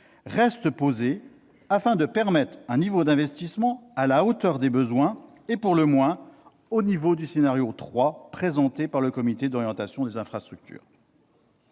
reste posée afin de permettre un niveau d'investissement à la hauteur des besoins et pour le moins au niveau du scénario 3 présenté par le comité d'orientation des infrastructures